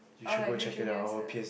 or like the juniors ah